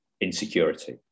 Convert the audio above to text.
insecurity